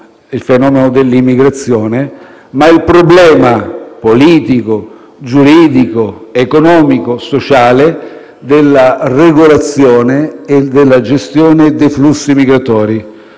il fenomeno della migrazione, ma il problema politico, giuridico, economico e sociale della regolazione e della gestione dei flussi migratori.